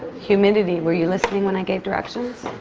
humidity. were you listening when i gave directions?